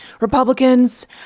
Republicans